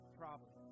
problem